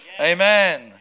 Amen